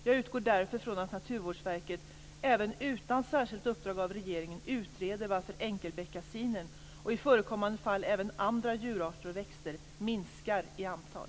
Jag utgår därför från att Naturvårdsverket även utan särskilt uppdrag av regeringen utreder varför enkelbeckasinen, och i förekommande fall även andra djurarter och växter, minskar i antal.